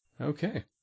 Okay